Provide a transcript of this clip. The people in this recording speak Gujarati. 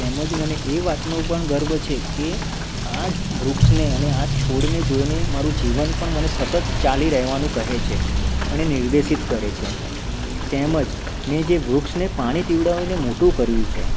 તેમજ મને એ વાતનો પણ ગર્વ છે કે આ જ વૃક્ષને અને આ છોડને જોઇને મારું જીવન પણ મને સતત ચાલી રહેવાનું કહે છે અને નિર્દેશિત કરે છે તેમજ મેં જે વૃક્ષને પાણી પીવડાવીને મોટું કર્યું છે